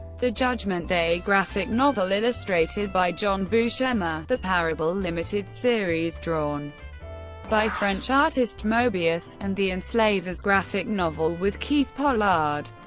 the judgment day graphic novel illustrated by john buscema, the parable limited series series drawn by french artist moebius, and the enslavers graphic novel with keith pollard.